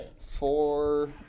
four